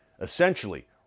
Essentially